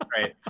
Right